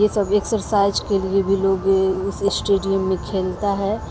یہ سب ایکسرسائج کے لیے بھی لوگ اس اسٹیڈیم میں کھیلتا ہے